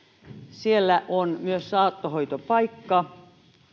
siellä on myös saattohoitopaikka